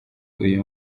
uyu